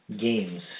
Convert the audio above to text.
games